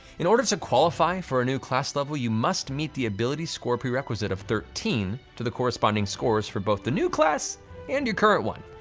in order to qualify for a new class level, you must meet the ability score prerequisite of thirteen to the corresponding scores for both the new class and your current one.